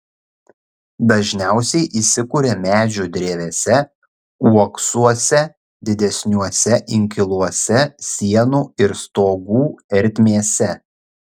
dažniausiai įsikuria medžių drevėse uoksuose didesniuose inkiluose sienų ir stogų ertmėse